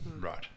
right